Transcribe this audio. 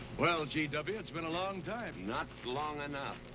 well, g w, it's been a long time. not long enough.